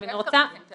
אני רוצה